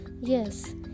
Yes